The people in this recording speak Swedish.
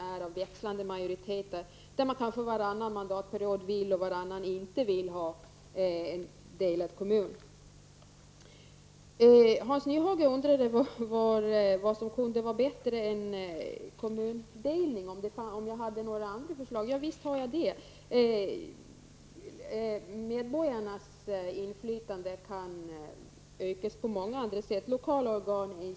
Varannan mandatperiod kanske man vill ha delning av kommunen och varannan kanske man inte vill ha det. Hans Nyhage undrade om jag hade några alternativ till kommundelning. Ja, visst har jag det. Medborgarnas inflytande kan utökas på många andra sätt. Lokala organ är en sådan metod.